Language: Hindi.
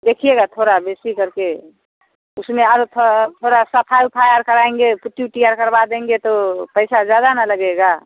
देखिएगा थोड़ा बेशी करके उसमें और थोड़ा थोड़ा सफ़ाई उफ़ाई और कराएँगे कुट्टी उट्टी और करवा देंगे तो पैसा ज़्यादा ना लगेगा